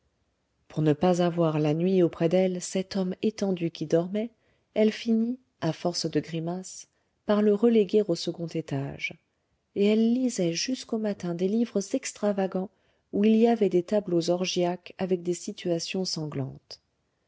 pour ne pas avoir la nuit auprès d'elle cet homme étendu qui dormait elle finit à force de grimaces par le reléguer au second étage et elle lisait jusqu'au matin des livres extravagants où il y avait des tableaux orgiaques avec des situations sanglantes